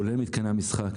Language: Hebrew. כולל מתקני המשחק,